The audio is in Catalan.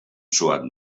suat